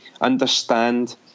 understand